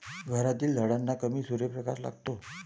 घरातील झाडांना कमी सूर्यप्रकाश लागतो